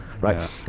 right